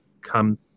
come